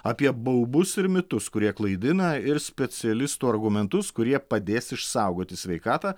apie baubus ir mitus kurie klaidina ir specialistų argumentus kurie padės išsaugoti sveikatą